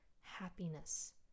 happiness